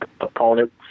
opponent